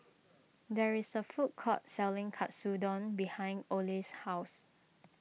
there is a food court selling Katsudon behind Ole's house